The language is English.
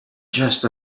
just